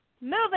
moving